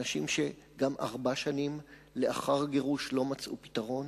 אנשים שגם ארבע שנים לאחר גירוש לא מצאו פתרון,